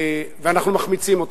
ואנחנו מחמיצים אותו.